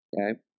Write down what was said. Okay